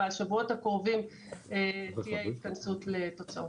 בשבועות הקרובים תהיה התכנסות לתוצאות.